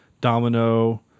Domino